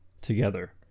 together